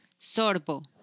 Sorbo